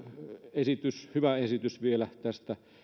hyvä esitys tästä vielä